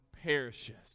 perishes